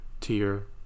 tier